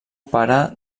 pare